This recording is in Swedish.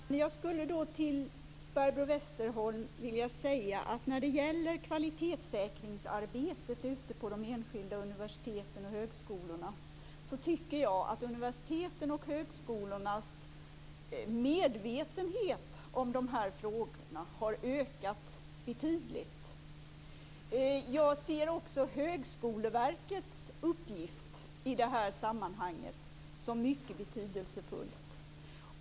Fru talman! Jag skulle till Barbro Westerholm vilja säga att jag tycker att de enskilda universitetens och högskolornas medvetenhet om kvalitetssäkringsarbetet har ökat betydligt. Jag ser också Högskoleverkets uppgift i detta sammanhang som mycket betydelsefull.